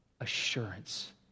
assurance